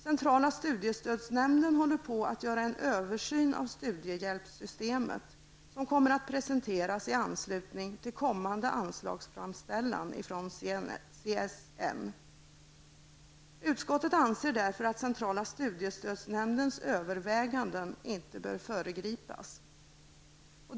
Centrala studiestödsnämnden håller på att göra en översyn av studiehjälpssystemet, som kommer att presenteras i anslutning till kommande anslagsframställan från CSN. Utskottet anser därför att centrala studiestödsnämndens överväganden inte bör föregripas.